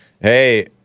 Hey